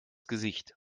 gesicht